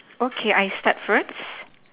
okay I start first